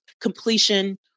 completion